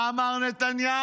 מה אמר נתניהו?